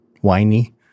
whiny